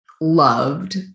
loved